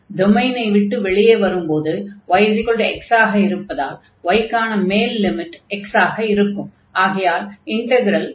டொமைனை விட்டு வெளியே வரும்போது yx ஆக இருப்பதால் y க்கான மேல் லிமிட் x ஆக இருக்கும்